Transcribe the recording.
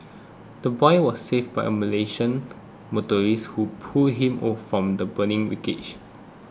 the boy was saved by a Malaysian motorist who pulled him or from the burning wreckage